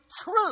true